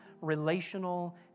relational